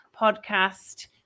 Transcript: podcast